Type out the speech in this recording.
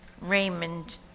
Raymond